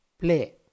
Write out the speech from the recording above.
play